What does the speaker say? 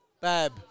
Bab